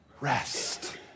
rest